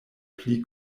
pli